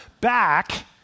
back